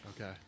okay